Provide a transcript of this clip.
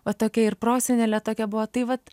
o tokia ir prosenelė tokia buvo tai vat